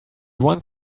one